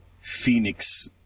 Phoenix